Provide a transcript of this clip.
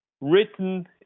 written